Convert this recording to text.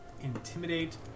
Intimidate